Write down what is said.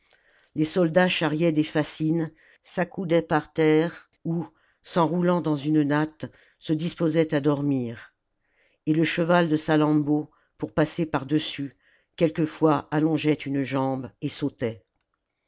les soldats charriaient des fascines s'accoudaient par terre ou s'enroulant dans une natte se disposaient à dormir et le cheval de salammbô pour passer par-dessus quelquefois allongeait une jambe et sautait